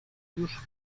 już